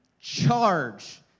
charge